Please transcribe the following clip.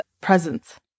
presence